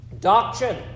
Doctrine